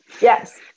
Yes